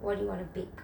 what do you wanna bake